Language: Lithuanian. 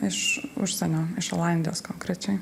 iš užsienio iš olandijos konkrečiai